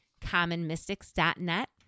commonmystics.net